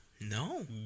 No